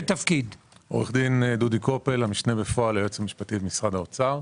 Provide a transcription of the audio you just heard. המשנה בפועל ליועץ המשפטי במשרד האוצר.